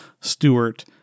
Stewart